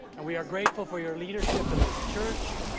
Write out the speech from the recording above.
and we are grateful for your leadership in this church,